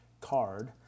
card